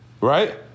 right